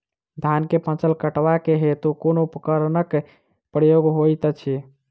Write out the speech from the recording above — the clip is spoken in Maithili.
धान केँ फसल कटवा केँ हेतु कुन उपकरणक प्रयोग होइत अछि?